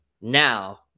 Now